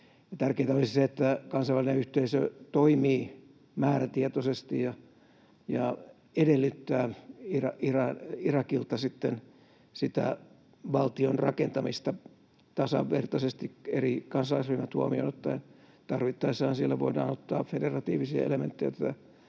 tärkeintä olisi se, että kansainvälinen yhteisö toimii määrätietoisesti ja edellyttää Irakilta sitä valtion rakentamista tasavertaisesti eri kansalaisryhmät huomioon ottaen. Tarvittaessahan siellä voidaan ottaa federatiivisia elementtejä ja